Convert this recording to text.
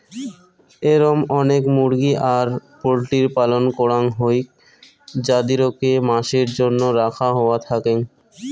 এরম অনেক মুরগি আর পোল্ট্রির পালন করাং হউক যাদিরকে মাসের জন্য রাখা হওয়া থাকেঙ